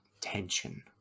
tension